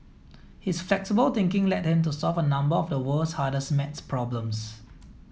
his flexible thinking led him to solve a number of the world's hardest math problems